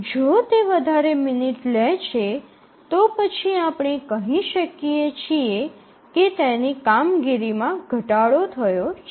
જો તે વધારે મિનિટ લે છે તો પછી આપણે કહી શકીએ છીએ કે તેની કામગીરીમાં ઘટાડો થયો છે